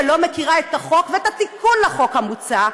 שלא מכירה את החוק ואת התיקון לחוק המוצע,